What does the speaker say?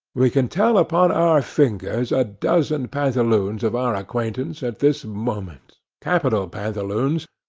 we can tell upon our fingers a dozen pantaloons of our acquaintance at this moment capital pantaloons,